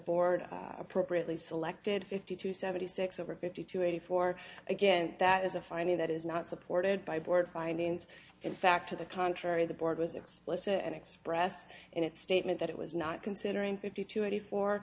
board appropriately selected fifty two seventy six over fifty two eighty four again that is a finding that is not supported by board findings in fact to the contrary the board was explicit and express in its statement that it was not considering fifty to eighty four